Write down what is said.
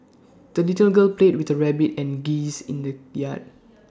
the little girl played with the rabbit and geese in the yard